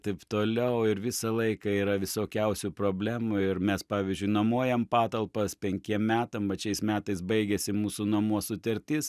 taip toliau ir visą laiką yra visokiausių problemų ir mes pavyzdžiui nuomojam patalpas penkiem metam vat šiais metais baigiasi mūsų nuomos sutartis